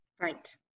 Right